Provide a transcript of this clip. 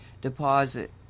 deposit